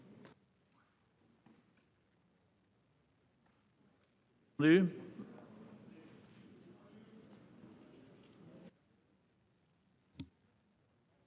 Merci